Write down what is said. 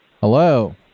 Hello